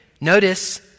Notice